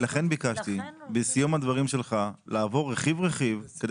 לכן ביקשתי בסיום הדברים שלך לעבור רכיב-רכיב כדי